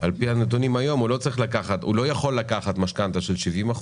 על פי הנתונים היום הוא לא יכול לקחת משכנתה של 70%,